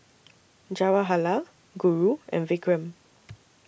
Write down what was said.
Jawaharlal Guru and Vikram